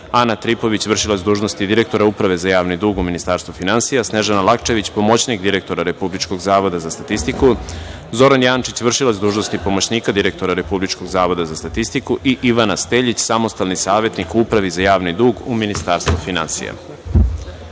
Ana Tripović, vršilac dužnosti direktora Uprave za javni dug u Ministarstvu finansija, Snežana Lakčević, pomoćnik direktora Republičkog zavoda za statistiku, Zoran Jančić, vršilac dužnosti pomoćnika direktora Republičkog zavoda za statistiku i Ivana Steljić, samostalni savetnik u Upravi za javni dug u Ministarstvu finansija. Primili